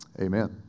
Amen